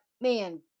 man